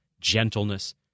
gentleness